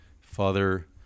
father